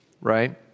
right